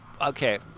okay